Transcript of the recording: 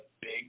big